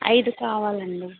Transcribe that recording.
అయిదు కావాలండీ